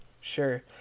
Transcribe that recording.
Sure